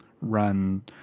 run